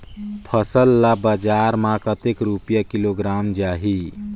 फसल ला बजार मां कतेक रुपिया किलोग्राम जाही?